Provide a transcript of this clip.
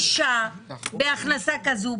אישה בהכנסה כזו,